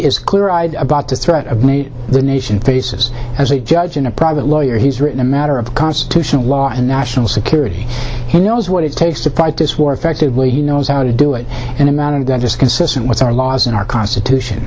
is clear eyed about the threat of the nation faces as a judge in a private lawyer he's written a matter of constitutional law and national security he knows what it takes to fight this war effectively who knows how to do it in a manner that just consistent with our laws and our constitution